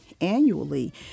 annually